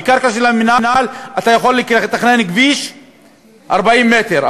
בקרקע של המינהל אתה יכול לתכנן כביש 40 מטר,